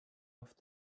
off